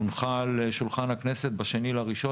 הונחה על שולחן הכנסת ב-02 בינואר,